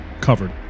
covered